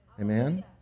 Amen